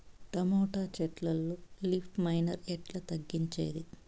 Tomato చెట్లల్లో leaf miner ఎట్లా తగ్గించేది?